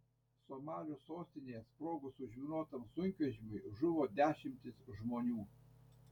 somalio sostinėje sprogus užminuotam sunkvežimiui žuvo dešimtys žmonių